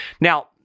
Now